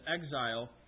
exile